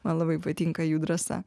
man labai patinka jų drąsa